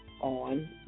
on